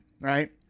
Right